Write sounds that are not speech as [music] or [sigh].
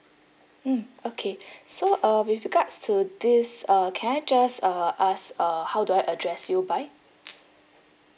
mm okay [breath] so uh with regards to this uh can I just uh ask uh how do I address you by